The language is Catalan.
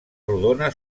rodona